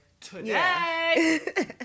today